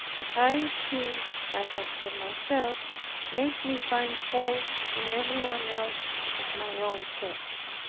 high esteem i had for myself made me find faults in everyone else of my own sex.